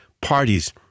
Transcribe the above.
parties